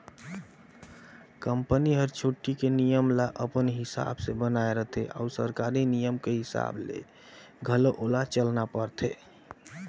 company हर छुट्टी के नियम ल अपन हिसाब ले बनायें रथें अउ सरकारी नियम के हिसाब ले घलो ओला चलना परथे